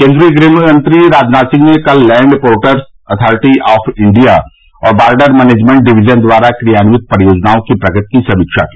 केन्द्रीय गृहमंत्री राजनाथ सिंह ने कल land ports authority of India और बार्डर मैनेजमेंट डिविजन द्वारा क्रियान्वित परियोजनाओं की प्रगति की समीक्षा की